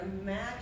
imagine